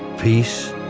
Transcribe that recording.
peace,